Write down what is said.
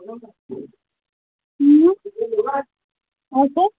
اچھا